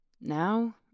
Now